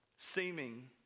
Seeming